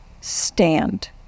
Stand